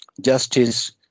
justice